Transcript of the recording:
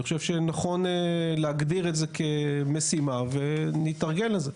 אני חושב שנכון להגדיר את זה כמשימה ונתארגן לזה.